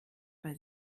bei